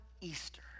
Easter